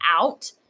out